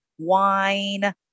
wine